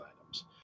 items